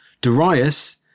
Darius